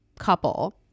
couple